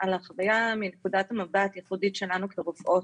על החוויה מנקודת מבט ייחודית שלנו כרופאות.